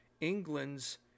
England's